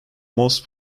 most